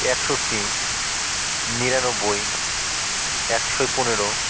একষট্টি নিরানব্বই একশো পনেরো